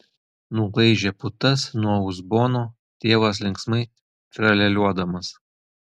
nulaižė putas nuo uzbono tėvas linksmai tralialiuodamas